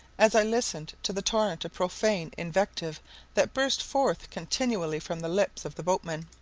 as i listened to the torrent of profane invective that burst forth continually from the lips of the boatman.